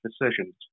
decisions